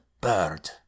bird